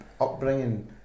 upbringing